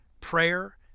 prayer